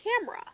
camera